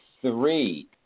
three